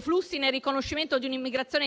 flussi e nel riconoscimento di un'immigrazione necessaria